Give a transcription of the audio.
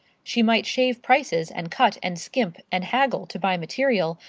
she might shave prices, and cut, and skimp, and haggle to buy material,